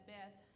Beth